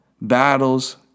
Battles